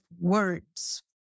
words